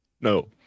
no